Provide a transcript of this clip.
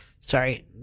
Sorry